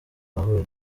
nahuye